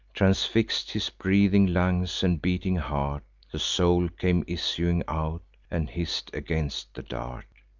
transfix'd his breathing lungs and beating heart the soul came issuing out, and hiss'd against the dart.